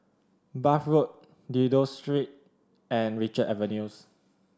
Bath Road Dido Street and Richards Avenues